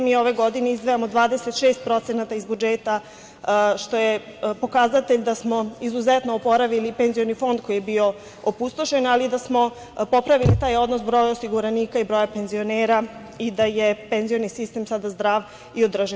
Mi ove godine izdvajamo 26% iz budžeta, što je pokazatelj da smo izuzetno oporavili penzioni fond koji je bio opustošen, ali i da smo popravili taj odnos brojnosti osiguranika i broja penzionera i da je penzioni sistem sada zdrav i održiv.